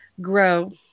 grow